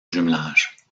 jumelage